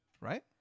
right